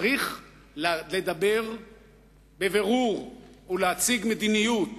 צריך לדבר בבירור ולהציג מדיניות